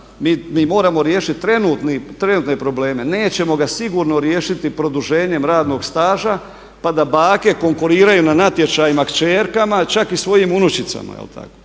mi moramo riješiti trenutne probleme. Nećemo ga sigurno riješiti produženjem radnog staža pa da bake konkuriraju na natječajima kćerkama, čak i svojim unučicama